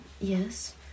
Yes